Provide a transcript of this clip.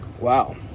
Wow